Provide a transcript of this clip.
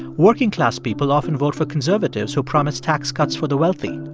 working-class people often vote for conservatives who promise tax cuts for the wealthy.